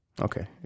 Okay